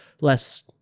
less